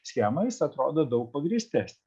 schemą jis atrodo daug pagrįstesnis